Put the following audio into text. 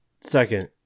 second